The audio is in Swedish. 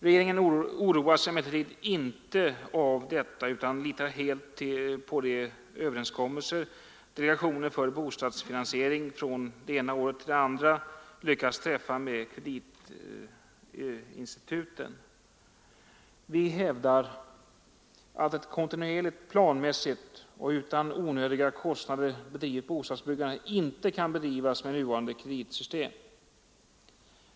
Regeringen oroas emellertid inte av detta utan litar helt på de överenskommelser delegationen för bostadsfinansiering från det ena året till det andra lyckas träffa med kreditinstituten. Vi hävdar att ett kontinuerligt, planmässigt och utan onödiga kostnader bedrivet bostadsbyggande inte kan bedrivas med nuvarande kreditsystem.